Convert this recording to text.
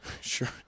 Sure